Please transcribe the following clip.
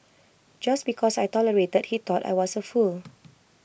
just because I tolerated he thought I was A fool